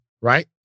right